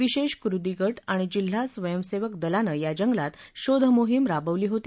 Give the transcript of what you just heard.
विशेष कृती गट आणि जिल्हा स्वयंसेवक दलानं या जंगलात शोधमोहीम राबवली होती